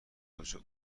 کجا